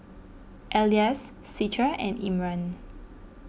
Elyas Citra and Imran